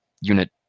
unit